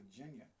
Virginia